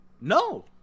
No